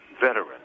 veteran